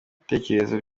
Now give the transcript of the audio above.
ibitekerezo